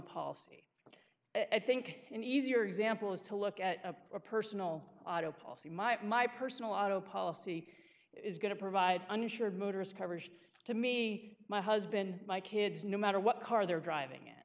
policy i think an easier example is to look at a personal auto policy might my personal auto policy is going to provide uninsured motorist coverage to me my husband my kids no matter what car they're driving it